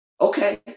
Okay